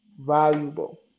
Valuable